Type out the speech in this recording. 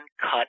cut